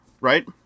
right